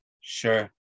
Sure